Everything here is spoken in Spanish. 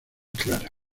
clara